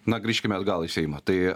na grįžkime atgal į seimą tai